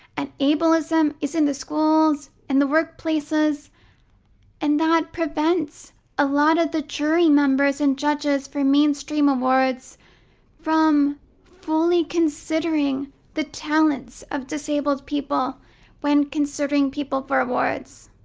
and ableism is in the schools, in and the workplaces and that prevents a lot of the jury members and judges for mainstream awards from fully considering the talents of disabled people when considering people for awards.